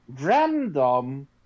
random